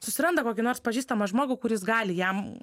susiranda kokį nors pažįstamą žmogų kuris gali jam